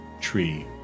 tree